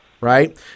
right